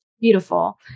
Beautiful